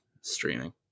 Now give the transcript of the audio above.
streaming